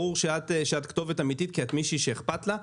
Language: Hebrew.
ברור שאת כתובת אמיתית כי את מישהי שאכפת לה.